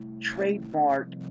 trademark